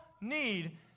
need